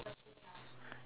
no shit man